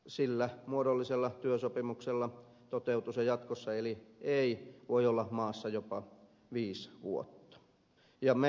sillä muodollisella työsopimuksella toteutuu se jatkossa eli ei voi olla maassa jopa viisi vuotta